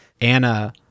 Anna